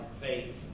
faith